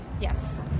Yes